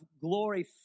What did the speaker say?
glory